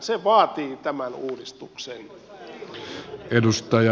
se vaatii tämän uudistuksen